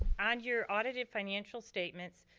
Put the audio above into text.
on your audited financial statements,